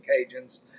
Cajuns